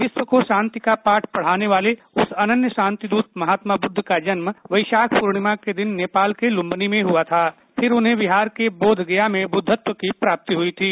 विश्व को शांति का पाठ पढ़ाने वाले उस अनन्य शांति दूत महात्मा बुद्ध का जन्म वैशाख पूर्णिमा के दिन नेपाल के लुंबिनी में हुआ था फिर उन्हें बिहार के बोधगया में बुद्धत्व की प्राप्ति हुई थी